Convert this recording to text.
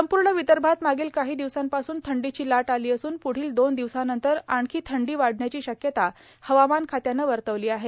संपूर्ण विदर्भात मागील काही दिवसापासून थंडीची लाट झाली असून प्ढील दोन दिवसानंतर आणखी थंडी वाढण्याची शक्यता हवामान खात्यानं वर्तवली आहे